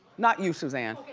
not you suzanne,